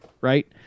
right